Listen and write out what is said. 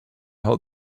hold